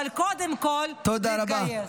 אבל קודם כול להתגייס.